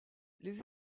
les